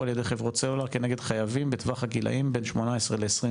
על-ידי חברות סלולר כנגד חייבים בטווח הגילאים בין 18 ל-21,